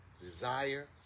desire